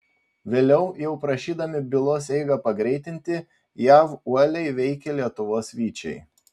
vėliau jau prašydami bylos eigą pagreitinti jav uoliai veikė lietuvos vyčiai